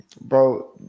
bro